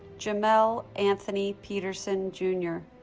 jamel anthony peterson jr.